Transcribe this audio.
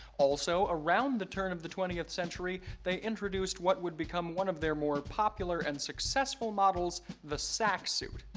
also, around the turn of the twentieth century, they introduced what would become one of their more popular and successful models, the sack suit.